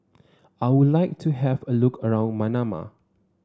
I would like to have a look around Manama